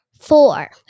Four